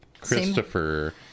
Christopher